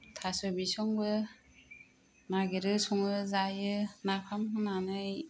थास' बिसंबो नागिरो सङो जायो नाफाम होनानै